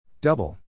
Double